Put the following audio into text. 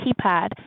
keypad